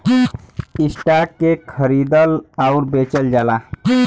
stock के खरीदल आउर बेचल जाला